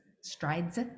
strides